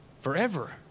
forever